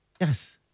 Yes